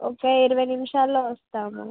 ఒక ఇరవై నిమిషాల్లో వస్తాము